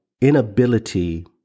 inability